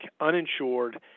uninsured